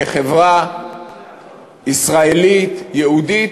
כחברה ישראלית יהודית,